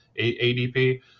ADP